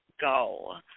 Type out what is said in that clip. go